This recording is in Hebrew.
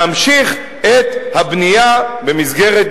להמשיך את הבנייה במסגרת,